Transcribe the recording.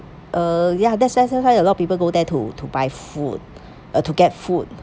uh ya that's why sometimes a lot people go there to to buy food uh to get food